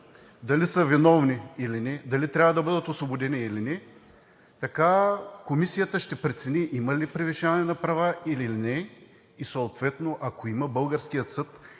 дали са виновни или не, дали трябва да бъдат освободени или не, така комисията ще прецени има ли превишаване на права или не и съответно, ако има, българският съд